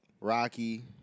Rocky